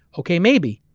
okay, maybe,